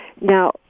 Now